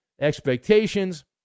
expectations